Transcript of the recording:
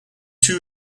two